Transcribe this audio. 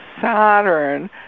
Saturn